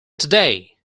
today